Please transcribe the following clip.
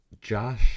Josh